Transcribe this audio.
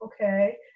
Okay